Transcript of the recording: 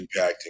impacting